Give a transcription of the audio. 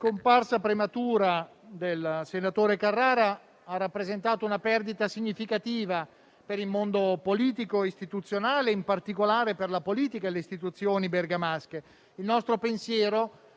La scomparsa prematura del senatore Carrara ha rappresentato una perdita significativa per il mondo politico-istituzionale, in particolare per la politica e le istituzioni bergamasche. Il pensiero